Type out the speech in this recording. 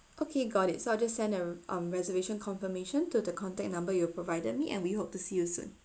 okay got it so I'll just send a um reservation confirmation to the contact number you provided me and we hope to see you soon